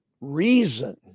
reason